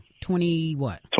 Twenty-what